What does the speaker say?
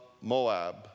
Moab